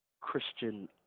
Christian